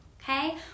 Okay